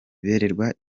berekwa